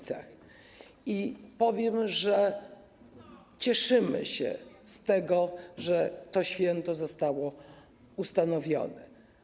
Chcę powiedzieć, że cieszymy się z tego, że to święto zostało ustanowione.